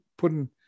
putting